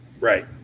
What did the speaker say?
Right